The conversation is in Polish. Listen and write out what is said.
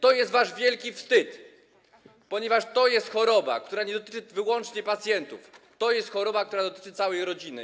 To jest wasz wielki wstyd, ponieważ to jest choroba, która nie dotyczy wyłącznie pacjentów, to jest choroba, która dotyczy całej rodziny.